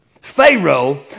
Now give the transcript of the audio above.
Pharaoh